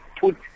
put